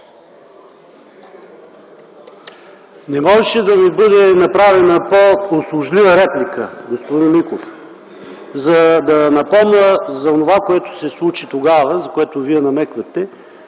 Не можеше да ми бъде направена по-услужлива реплика, господин Миков, за да напомня за онова, което се случи тогава, за което Вие намеквате.